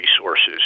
resources